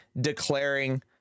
declaring